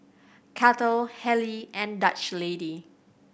Kettle Haylee and Dutch Lady